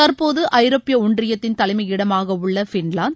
தற்போது ஐரோப்பிய ஒன்றியத்தின் தலைமையிடமாக உள்ள பின்லாந்து